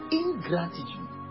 ingratitude